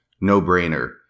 no-brainer